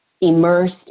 immersed